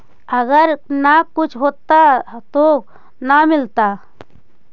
अगर न कुछ होता तो न मिलता?